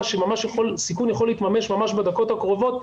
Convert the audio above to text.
שממש הסיכון יכול להתממש ממש בדקות הקרובות,